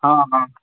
हँ हँ